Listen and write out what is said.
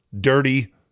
Dirty